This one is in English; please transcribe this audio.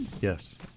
Yes